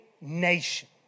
nation